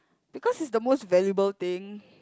because is the most valuable thing